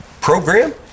program